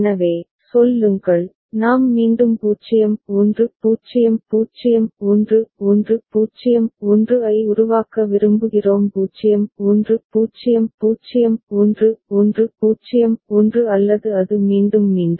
எனவே சொல்லுங்கள் நாம் மீண்டும் 0 1 0 0 1 1 0 1 ஐ உருவாக்க விரும்புகிறோம் 0 1 0 0 1 1 0 1 அல்லது அது மீண்டும் மீண்டும்